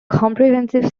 comprehensive